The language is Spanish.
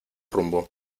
rumbo